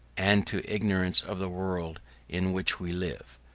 and to ignorance of the world in which we live.